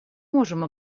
можем